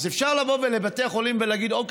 אז אפשר לבוא לבתי החולים ולהגיד: טוב,